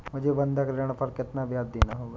मुझे बंधक ऋण पर कितना ब्याज़ देना होगा?